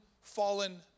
fallen